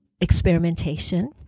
experimentation